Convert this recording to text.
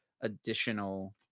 additional